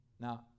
Now